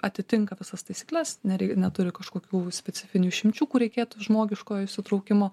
atitinka visas taisykles nerei neturi kažkokių specifinių išimčių kur reikėtų žmogiško įsitraukimo